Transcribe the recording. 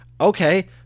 okay